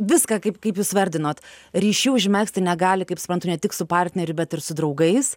viską kaip kaip jūs vardinot ryšių užmegzti negali kaip suprantu ne tik su partneriu bet ir su draugais